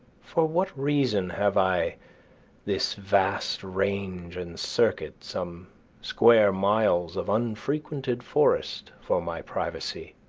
for what reason have i this vast range and circuit, some square miles of unfrequented forest, for my privacy,